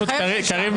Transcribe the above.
טלי.